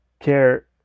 care